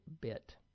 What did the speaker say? bit